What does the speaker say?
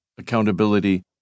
accountability